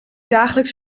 dagelijks